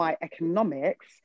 economics